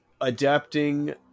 adapting